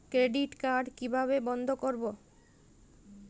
Credit card বন্ধ কিভাবে করবো?